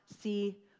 see